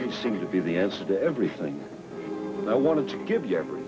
you seem to be the answer to everything i wanted to give you ever